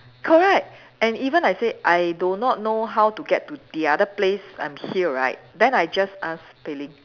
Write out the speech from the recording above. correct and even I said I do not know how to get to the other place I'm here right then I just ask Pei Ling